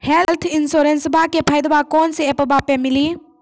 Health इंश्योरेंसबा के फायदावा कौन से ऐपवा पे मिली?